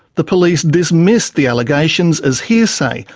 the police dismissed the allegations as hearsay,